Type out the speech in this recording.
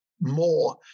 more